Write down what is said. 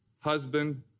husband